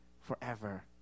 forever